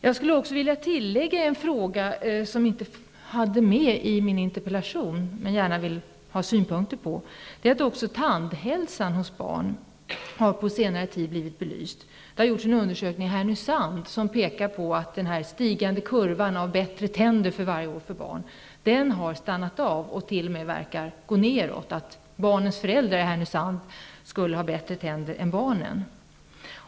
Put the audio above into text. Jag vill också tillägga en fråga, som jag inte tog med i min interpellation men som jag gärna vill ha synpunkter på. Tandhälsan hos barn har blivit belyst på senare tid. Det har gjorts en undersökning i Härnösand som pekar på att den för varje år stigande kurvan för bättre tänder hos barn har stannat av och t.o.m. verkar gå nedåt och att föräldrarna tycks ha bättre tänder än barnen.